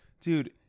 Dude